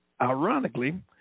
Ironically